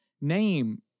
name